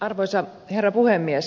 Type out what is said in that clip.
arvoisa herra puhemies